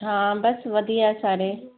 ਹਾਂ ਬਸ ਵਧੀਆ ਸਾਰੇ